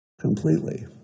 completely